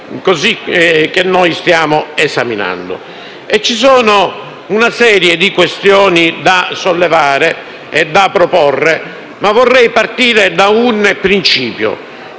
Ci sono una serie di questioni da sollevare e da proporre, ma vorrei partire da un principio,